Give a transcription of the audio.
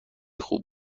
خوب